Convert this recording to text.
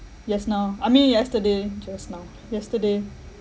yes now I mean yesterday just now yesterday